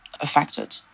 affected